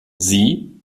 sie